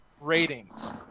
ratings